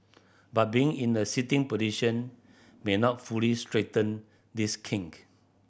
but being in a sitting position may not fully straighten this kink